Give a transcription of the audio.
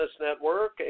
Network